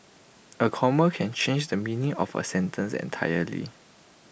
A comma can change the meaning of A sentence entirely